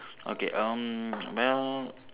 okay um well